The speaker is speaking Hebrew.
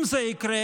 אם זה יקרה,